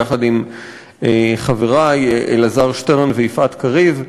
יחד עם חברי אלעזר שטרן ויפעת קריב,